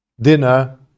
dinner